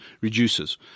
reduces